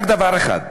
רק דבר אחד,